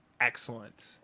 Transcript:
excellent